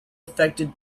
affected